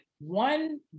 One